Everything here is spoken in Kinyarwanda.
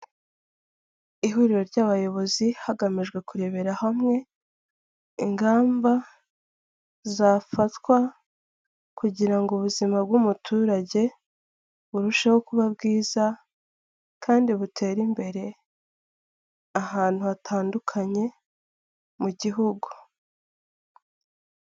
Ihuriro ry'abayobozi hagamijwe kurebera hamwe ingamba zafatwa kugira ubuzima bw'umuturage burusheho kuba bwiza kandi butere imbere ahantu hatandukanye mu gihugu.